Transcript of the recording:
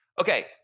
Okay